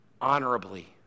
honorably